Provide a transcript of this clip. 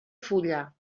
fulla